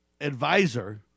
advisor